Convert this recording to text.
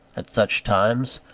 at such times,